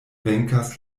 venkas